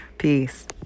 Peace